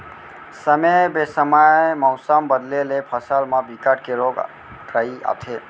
समे बेसमय मउसम बदले ले फसल म बिकट के रोग राई आथे